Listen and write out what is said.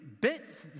bit